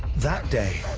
that day,